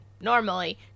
normally